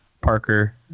Parker